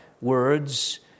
words